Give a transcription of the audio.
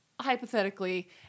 hypothetically